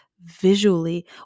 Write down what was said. visually